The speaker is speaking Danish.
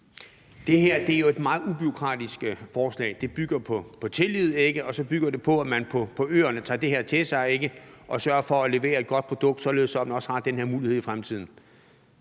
Det her er jo et meget ubureaukratisk forslag. Det bygger på tillid, og så bygger det på, at man på øerne tager det her til sig og sørger for at levere et godt produkt, således at man også har den her mulighed i fremtiden.